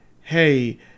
hey